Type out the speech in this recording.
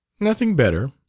nothing better.